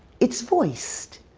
it's voiced.